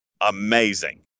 amazing